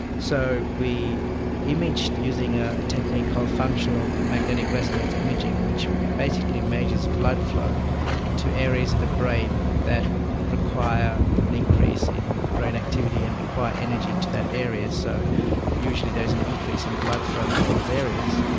so we imaged using a technique called functional magnetic resonance imaging, which basically measures blood flow to areas of the brain that require an increase in brain activity and require energy to that area so usually there's an increase in blood flow to those areas.